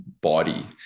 body